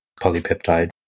polypeptide